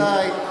רבותי,